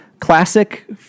Classic